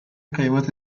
قیمت